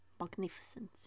magnificent